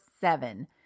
seven